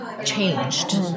changed